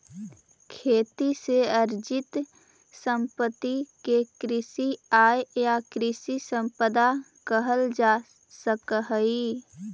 खेती से अर्जित सम्पत्ति के कृषि आय या कृषि सम्पदा कहल जा सकऽ हई